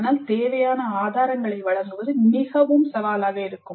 ஆனால் தேவையான ஆதாரங்களை வழங்குவது மிகவும் சவாலாக இருக்கும்